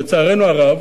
לצערנו הרב,